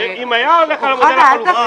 לו זה לא חשוב.